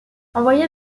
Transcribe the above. envoyé